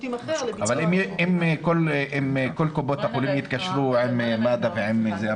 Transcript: שירותים אחר --- אבל אם כל קופות החולים יתקשרו עם מד"א ועם זה,